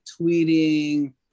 tweeting